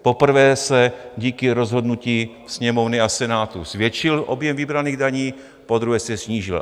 Poprvé se díky rozhodnutí Sněmovny a Senátu zvětšil objem vybraných daní, podruhé se snížil.